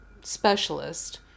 Specialist